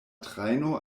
trajno